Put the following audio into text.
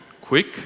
quick